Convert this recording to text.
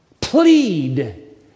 Plead